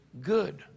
good